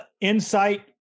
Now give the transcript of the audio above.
insight